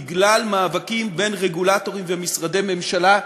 בגלל מאבקים בין רגולטורים ומשרדי ממשלה,